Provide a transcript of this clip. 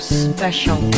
special